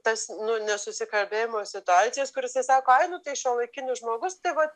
tas nu nesusikalbėjimo situacijas kur jisai sako ai nu tai šiuolaikinis žmogus tai vat